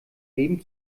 leben